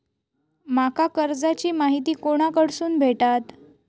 माका कर्जाची माहिती कोणाकडसून भेटात?